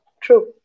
true